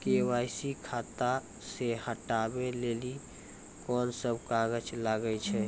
KYC खाता से हटाबै लेली कोंन सब कागज लगे छै?